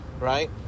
Right